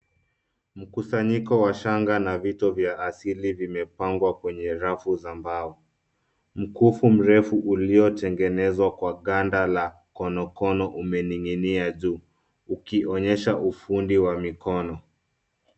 Mkusanyiko wa shanga na vitu vya asili vimepangwa kwenye rafu za mbao. Mkufu mrefu ulio tengenezwa kwa ganda la konokono umeninginia juu ukionyesha ufundi wa mikono.